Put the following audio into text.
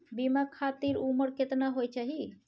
बीमा खातिर उमर केतना होय चाही?